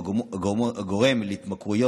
הגורם להתמכרויות,